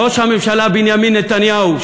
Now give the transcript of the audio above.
ראש הממשלה בנימין נתניהו,